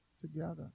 together